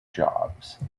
jobs